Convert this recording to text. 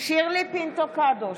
שירלי פינטו קדוש,